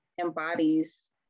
embodies